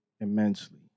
immensely